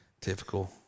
typical